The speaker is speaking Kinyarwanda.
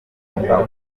avuga